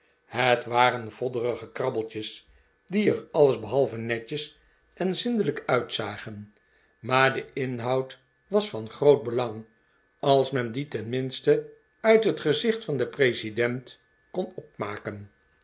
het waren vodderige krabbeltjes die er alles behalve netjes en zindelijk uitzagen maar de inhoud was van groot belang als men dien tenminste uit het gszicht van den president kon opmaken